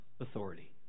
authority